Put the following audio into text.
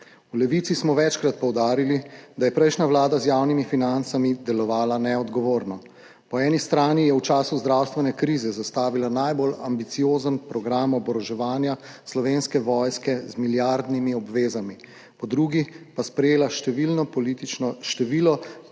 V Levici smo večkrat poudarili, da je prejšnja vlada z javnimi financami delovala neodgovorno. Po eni strani je v času zdravstvene krize zastavila najbolj ambiciozen program oboroževanja Slovenske vojske z milijardnimi obvezami, po drugi pa sprejela število politično